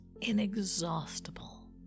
inexhaustible